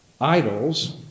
Idols